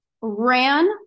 ran